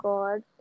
God